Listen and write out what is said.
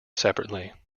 separately